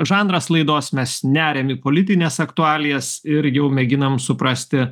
žanras laidos mes neriam į politines aktualijas ir jau mėginam suprasti